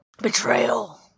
betrayal